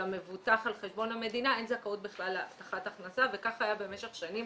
המבוטח על חשבון המדינה אין זכאות בכלל להבטחת הכנסה וככה היה במשך שנים